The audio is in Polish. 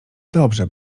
dobrze